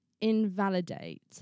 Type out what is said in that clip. invalidate